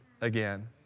again